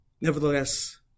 nevertheless